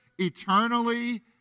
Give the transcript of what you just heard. eternally